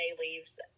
leaves